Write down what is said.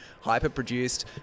hyper-produced